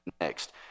next